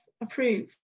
approved